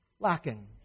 lacking